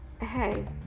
hey